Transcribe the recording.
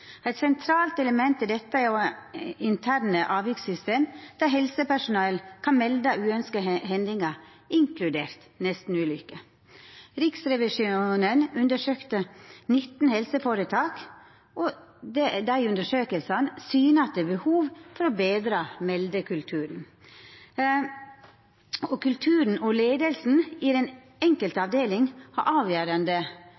Eit sentralt element i dette er å ha interne avvikssystem der helsepersonell kan melda uønskte hendingar, inkludert nestenulykker. Riksrevisjonen undersøkte 19 helseføretak, og desse undersøkingane syner at det er behov for å betra meldekulturen. Kulturen og leiinga i den enkelte